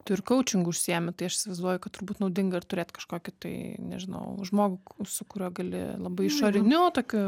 tu ir kaučingu užsiimi tai aš įsivaizduoju kad turbūt naudinga ir turėt kažkokį tai nežinau žmogų su kuriuo gali labai išoriniu tokiu